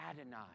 Adonai